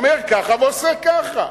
אומר ככה ועושה ככה,